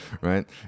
right